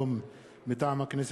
כי הונחו היום על שולחן הכנסת,